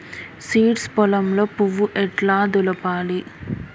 Seeds పొలంలో పువ్వు ఎట్లా దులపాలి?